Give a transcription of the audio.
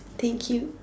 thank you